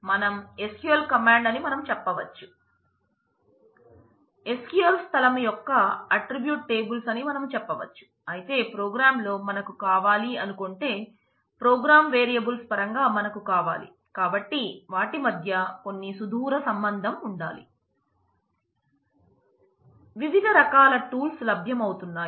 వివిధ రకాల టూల్స్ లభ్యం అవుతున్నాయి